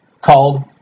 called